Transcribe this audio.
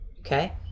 okay